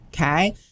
okay